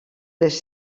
les